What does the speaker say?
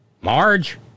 Marge